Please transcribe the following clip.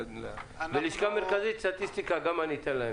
ללשכה המרכזית לסטטיסטיקה גם אתן לדבר,